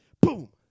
Boom